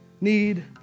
need